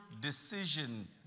decision